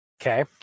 Okay